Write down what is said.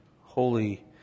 Holy